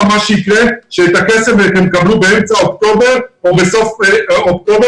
שיקרה זה שאת הכסף הם יקבלו באמצע אוקטובר או בסוף אוקטובר,